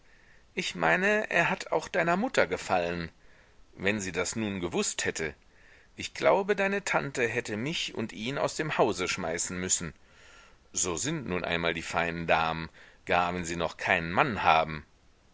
ich meine er hat auch deiner mutter gefallen wenn sie das nun gewußt hätte ich glaube deine tante hätte mich und ihn aus dem hause schmeißen müssen so sind nun einmal die feinen damen gar wenn sie noch keinen mann haben